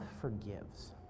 forgives